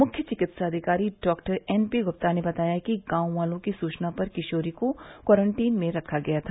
मुख्य चिकित्साधिकारी डॉ एन पी गृप्ता ने बताया कि गांव वालों की सुचना पर किशोरी को क्वारंटीन में रखा गया था